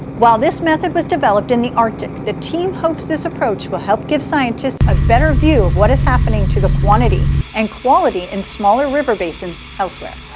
while this method was developed in the arctic, the team hopes this approach will help give scientists a better view of what is happening to the quantity and quality in smaller, river basins elsewhere.